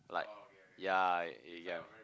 like yeah you you get what I mean